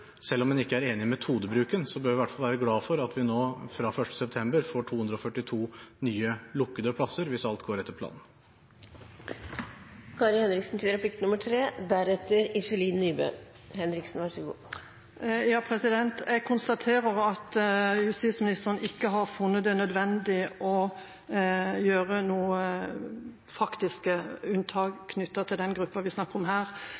selv om man ikke er enig i metodebruken, at vi nå fra 1. september får 242 nye lukkede plasser, hvis alt går etter planen. Jeg konstaterer at justisministeren ikke har funnet det nødvendig å gjøre noen unntak for den gruppa vi her snakker om. Jeg vil gjenta det spørsmålet som jeg stilte til saksordføreren, om tidsfastsettelse for oppstart av bygging av fengsel i Agder. Vi har hørt fra regjeringspartiene her